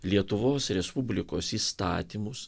lietuvos respublikos įstatymus